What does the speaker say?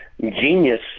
genius